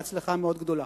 בהצלחה מאוד גדולה.